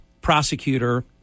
prosecutor